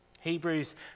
Hebrews